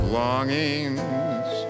longings